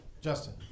Justin